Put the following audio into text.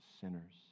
sinners